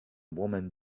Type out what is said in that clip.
woman